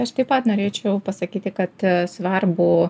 aš taip pat norėčiau pasakyti kad svarbu